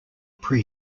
pre